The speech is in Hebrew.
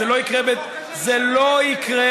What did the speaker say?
זה לא יקרה